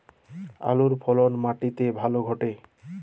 আলুর ফলন মাটি তে ভালো ঘটে?